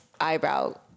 eyebrow